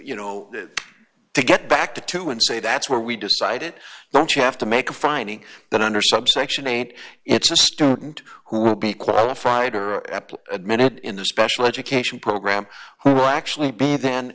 you know to get back to to and say that's where we decided not you have to make a finding that under subsection eight it's a student who will be qualified or admitted in a special education program who actually be then